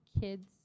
kids